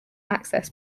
access